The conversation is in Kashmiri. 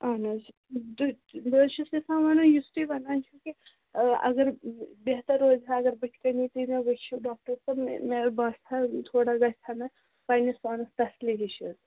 اَہن حظ تُہۍ بہٕ حظ چھَس یَژھان وَنُن یُس تُہۍ وَنان چھُو کہِ اگر بہتَر روزِہا اگر بٕتھۍ کَنی تُہۍ مےٚ وٕچھہِو ڈاکٹر صٲب مےٚ مےٚ باسہِ ہا تھوڑا گژھِ ہا مےٚ پَنٛنِس پانَس تَسلی ہِش حظ